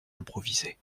improvisées